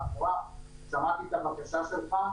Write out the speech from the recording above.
כן, שמעתי את הבקשה שלך.